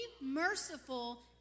merciful